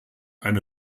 eine